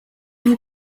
vous